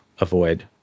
avoid